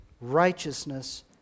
righteousness